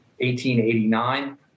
1889